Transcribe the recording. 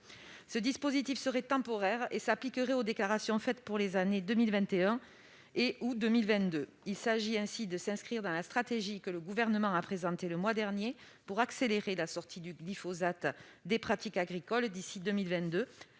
Ce dispositif temporaire s'appliquerait aux déclarations effectuées au titre des années 2021 et 2022. Il s'inscrit dans la stratégie que le Gouvernement a présentée le mois dernier pour accélérer la sortie du glyphosate des pratiques agricoles d'ici à 2022,